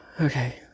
Okay